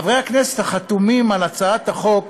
חברי הכנסת החתומים על הצעת החוק